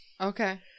Okay